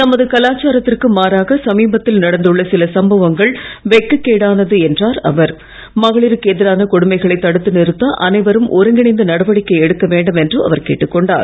நமது கலாச்சாரத்திற்கு மாறாக சமீபத்தில் நடந்துள்ள சில சம்பவங்கள் வெட்கக் கேடானது என்றார் அவர் மகளிருக்கு எதிரான கொடுமைகளை தடுத்து நிறுத்த அனைவரும் ஒருங்கிணைந்து நடவடிக்கை எடுக்க வேண்டும் என்று அவர் கேட்டுக் கொண்டார்